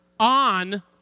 on